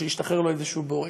או השתחרר לו איזשהו בורג.